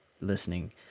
listening